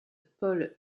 paul